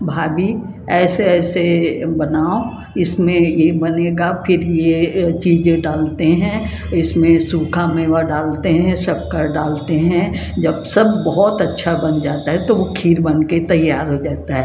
भाभी ऐसे ऐसे ये बनाओ इसमें ये बनेगा फिर ये चीज़ें डालते हैं इसमें सूखा मेवा डालते हैं शक्कर डालते हैं जब सब बहुत अच्छा बन जाता है तो खीर बन के तैयार हो जाता है